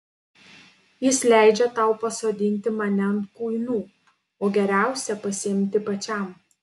jis leidžia tau pasodinti mane ant kuinų o geriausią pasiimti pačiam